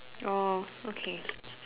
oh okay